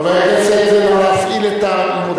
חבר הכנסת, אתה מפעיל את המודיעין שיש לך?